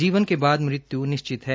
जीवन के बाद मृत्यु निश्चित है